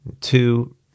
Two